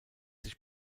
sich